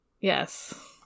Yes